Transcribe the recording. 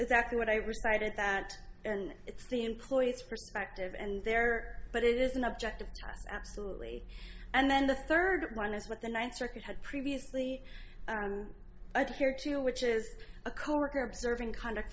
exactly what i recited that and it's the employee's first active and there but it is an objective absolutely and then the third one is what the ninth circuit had previously but here too which is a coworker observing conduct